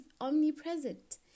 omnipresent